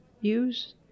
use